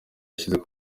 yashyize